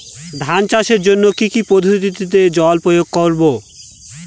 ধান চাষের জন্যে কি কী পদ্ধতিতে জল প্রয়োগ করব?